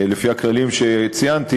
לפי הכללים שציינתי,